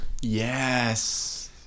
Yes